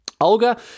Olga